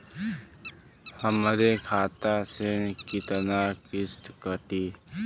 हमरे खाता से कितना किस्त कटी?